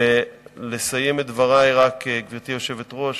גברתי היושבת-ראש,